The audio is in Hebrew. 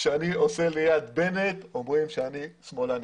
כשאני מפזר ליד בנט, אומרים שאני שמאלני.